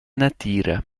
natira